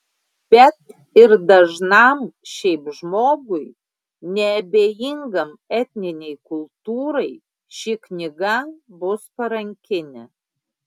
bet ir dažnam šiaip žmogui neabejingam etninei kultūrai ši knyga bus parankinė